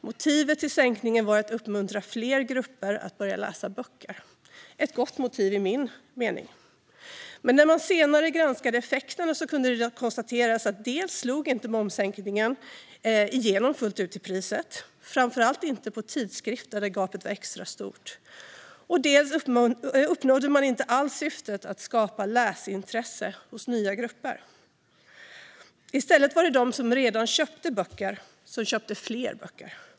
Motivet till sänkningen var att uppmuntra fler grupper att börja läsa böcker. Det var ett gott motiv, enligt min mening. Men när man senare granskade effekterna kunde det konstateras att dels slog momssänkningen inte igenom fullt ut i priset, framför allt inte på tidskrifter där gapet var extra stort, dels uppnådde man inte alls syftet att skapa läsintresse hos nya grupper. I stället var det de som redan köpte böcker som köpte fler böcker.